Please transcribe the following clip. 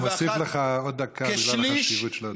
אני מוסיף לך עוד דקה, בגלל החשיבות של הדברים.